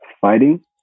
Fighting